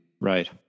Right